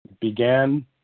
began